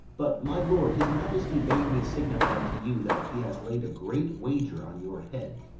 but, my lord, his majesty bade me signify to you that he has laid a great wager on your head.